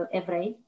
evrei